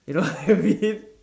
you know what I mean